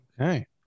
Okay